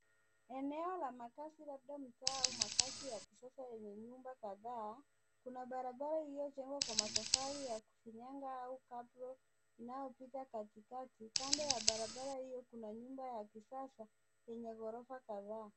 Eneo la makazi labda mtaa au makazi ya kisasa yenye nyumba kadhaa. Kuna barabara iliyojengwa kwa matofali ya kufinyanga au cabro inayopita katikati. Kando ya barabara hiyo kuna nyumba ya kisasa yenye ghorofa kadhaa.